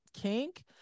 kink